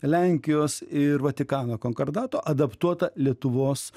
lenkijos ir vatikano konkordato adaptuota lietuvos